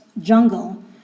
jungle